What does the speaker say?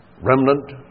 remnant